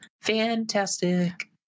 fantastic